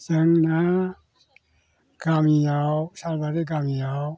जोंना गामियाव सालबारि गामियाव